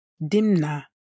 Dimna